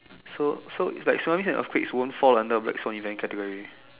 so so is like tsunami and earthquakes won't fall under black soil event category